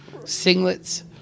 singlets